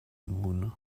moon